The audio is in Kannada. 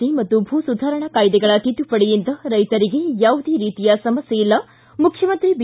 ಸಿ ಮತ್ತು ಭೂ ಸುಧಾರಣಾ ಕಾಯ್ಲೆಗಳ ತಿದ್ದುಪಡಿಯಿಂದ ರೈತರಿಗೆ ಯಾವುದೇ ರೀತಿಯ ಸಮಸ್ಕೆಯಿಲ್ಲ ಮುಖ್ಯಮಂತ್ರಿ ಬಿ